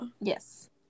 Yes